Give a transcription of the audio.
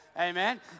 amen